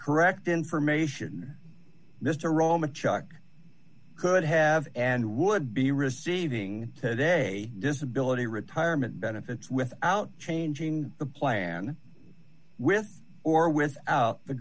correct information mr roman chuck could have and would be receiving today disability retirement benefits without changing the plan with or without the